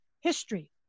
history